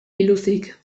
biluzik